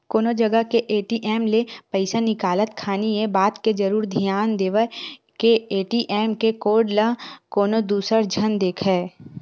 कोनो जगा के ए.टी.एम ले पइसा निकालत खानी ये बात के जरुर धियान देवय के ए.टी.एम के कोड ल कोनो दूसर झन देखय